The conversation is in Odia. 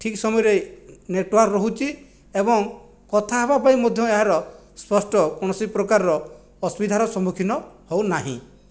ଠିକ୍ ସମୟରେ ନେଟୱାର୍କ୍ ରହୁଛି ଏବଂ କଥା ହେବା ପାଇଁ ମଧ୍ୟ ଏହାର ସ୍ପଷ୍ଟ କୌଣସି ପ୍ରକାରର ଅସୁବିଧାର ସମ୍ମୁଖୀନ ହେଉ ନାହିଁ